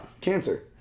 cancer